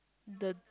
the